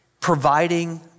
providing